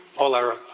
all our